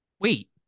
Wait